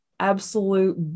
absolute